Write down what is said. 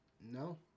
No